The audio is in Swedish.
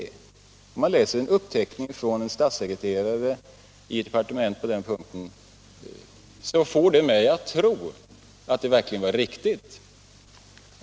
Och när jag läste denna uppteckning av en statssekreterare i ett departement, så fick det mig att tro att det verkligen var riktigt.